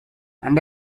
and